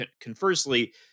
conversely